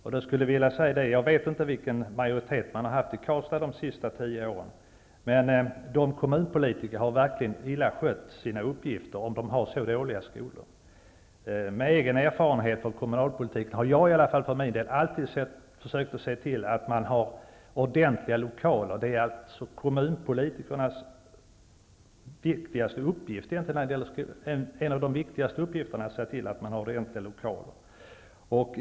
Jag vet inte vilken majoritet man har haft i Karlstad de senaste tio åren, men kommunpolitikerna där har verkligen skött sina uppgifter illa, om skolorna är så dåliga. Som kommunpolitiker har jag alltid försökt se till att man har ordentliga lokaler. Det är en av kommunpolitikernas viktigaste uppgifter att se till att man har ordentliga lokaler.